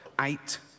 eight